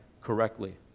correctly